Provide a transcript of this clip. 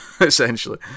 essentially